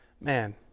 Man